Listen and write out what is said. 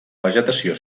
vegetació